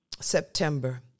September